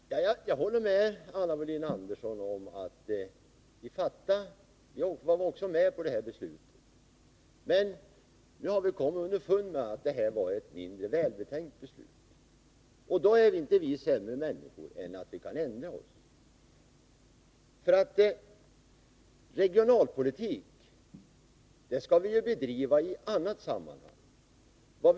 Herr talman! Jag håller med Anna Wohlin-Andersson om att vi också var med på det här beslutet. Nu har vi emellertid kommit underfund med att det var ett mindre välbetänkt beslut, och då är vi inte sämre människor än att vi kan ändra oss. Regionalpolitik skall vi ju bedriva i annat sammanhang.